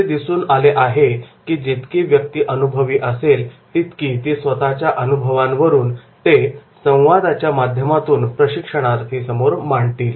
असे दिसून आले आहे की जितकी व्यक्ती अनुभवी असेल तितकी ती स्वतःच्या अनुभवांवरून ते संवादाच्या माध्यमातून प्रशिक्षणार्थी समोर मांडतील